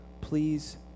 please